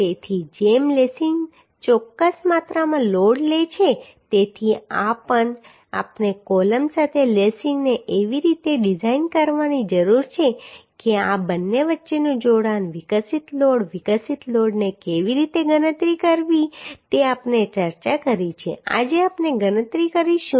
તેથી જેમ લેસિંગ ચોક્કસ માત્રામાં લોડ લે છે તેથી આપણે કોલમ સાથે લેસિંગને એવી રીતે ડિઝાઇન કરવાની જરૂર છે કે આ બંને વચ્ચેનું જોડાણ વિકસિત લોડ વિકસિત લોડને કેવી રીતે ગણતરી કરવી તે આપણે ચર્ચા કરી છે આજે આપણે ગણતરી કરીશું